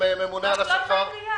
רק לא עם העירייה.